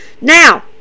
now